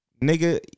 nigga